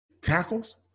tackles